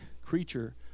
creature